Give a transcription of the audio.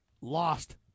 lost